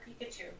Pikachu